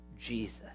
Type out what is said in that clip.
Jesus